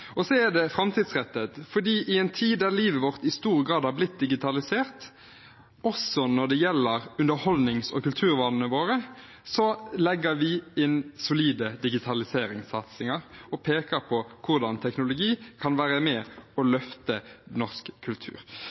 Så er det framtidsrettet fordi vi i en tid der livet vårt i stor grad har blitt digitalisert også når det gjelder underholdnings- og kulturvanene våre, legger inn solide digitaliseringssatsinger og peker på hvordan teknologi kan være med og løfte norsk kultur.